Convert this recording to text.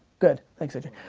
good, thanks aj,